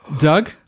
Doug